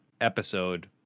episode